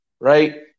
right